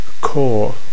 core